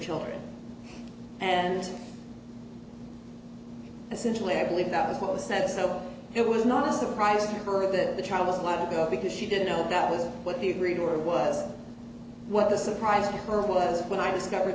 children and essentially i believe that was what was said so it was not a surprise to her that the child doesn't want to go because she didn't know that was what the reader was what the surprise to her was when i discovered